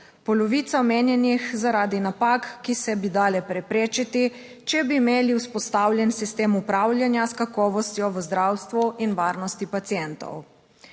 polovica omenjenih zaradi napak, ki se bi dale preprečiti, če bi imeli vzpostavljen sistem upravljanja s kakovostjo v zdravstvu in varnosti pacientov.